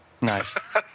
Nice